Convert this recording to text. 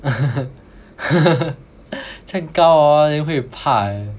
thank god 我也会怕 leh